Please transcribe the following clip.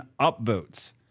upvotes